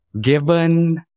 given